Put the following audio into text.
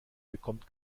bekommt